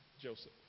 Joseph